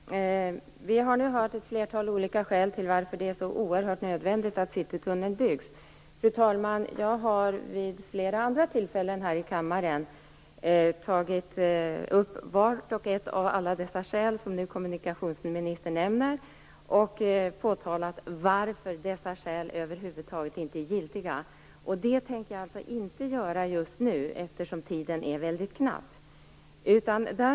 Fru talman! Vi har nu hört ett flertal olika skäl till varför det är så oerhört nödvändigt att Citytunneln byggs. Jag har vid flera andra tillfällen här i kammaren tagit upp vart och ett av alla de skäl som kommunikationsministern nu nämner och påtalat varför dessa skäl över huvud taget inte är giltiga. Det tänker jag inte göra just nu, eftersom tiden är väldigt knapp.